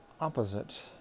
opposite